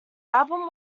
album